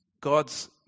God's